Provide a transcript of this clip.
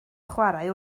chwarae